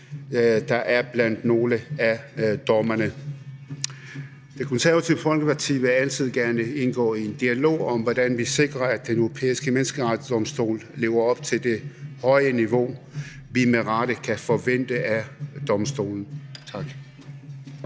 der er blandt nogle af dommerne. Det Konservative Folkeparti vil altid gerne indgå i en dialog om, hvordan vi sikrer, at Den Europæiske Menneskerettighedsdomstol lever op til det høje niveau, vi med rette kan forvente af domstolen. Tak.